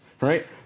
right